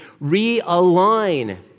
realign